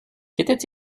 qu’était